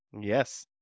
Yes